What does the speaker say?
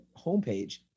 homepage